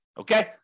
Okay